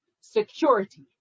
security